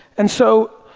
and so,